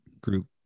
group